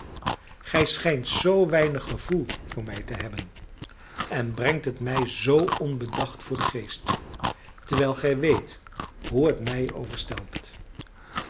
gij schijnt zoo weinig gevoel voor mij te hebben en brengt het mij zoo onbedacht voor den geest terwijl gij weet hoe het mij overstelpt